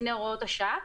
לפני הוראות השעה,